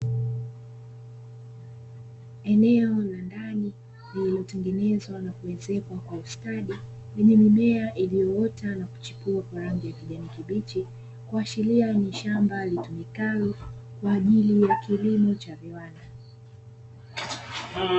Eneo la ndani lililotengenezwa na kuezekwa kwa ustadi lenye mimea iliyoota na kuchipua kwa rangi ya kijani kibichi, kuashiria ni shamba litumikalo kwa ajili ya kilimo cha viwanda.